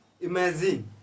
imagine